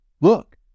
look